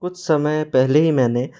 कुछ समय पहले ही मैंने